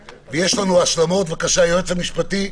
בבקשה, היועץ המשפטי,